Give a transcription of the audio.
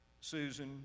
Susan